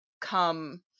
come